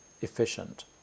efficient